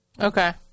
Okay